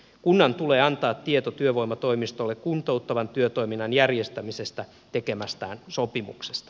kunnan tulee antaa tieto työvoimatoimistolle kuntouttavan työtoiminnan järjestämisestä tekemästään sopimuksesta